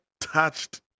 touched